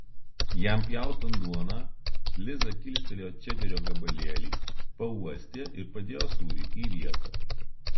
jam pjaustant duoną liza kilstelėjo čederio gabalėlį pauostė ir padėjo sūrį į vietą